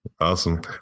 Awesome